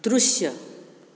दृश्य